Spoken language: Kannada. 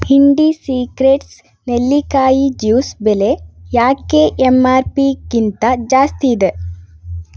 ಇಂಡೀ ಸೀಕ್ರೆಟ್ಸ್ ನೆಲ್ಲಿಕಾಯಿ ಜ್ಯೂಸ್ ಬೆಲೆ ಯಾಕೆ ಎಂ ಆರ್ ಪಿಗಿಂತ ಜಾಸ್ತಿ ಇದೆ